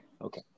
Okay